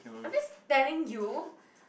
I'm just telling you